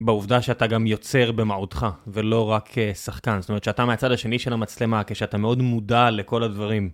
בעובדה שאתה גם יוצר במהותך, ולא רק שחקן. זאת אומרת, שאתה מהצד השני של המצלמה, כשאתה מאוד מודע לכל הדברים.